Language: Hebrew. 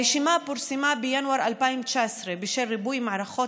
הרשימה פורסמה בינואר 2019. בשל ריבוי מערכות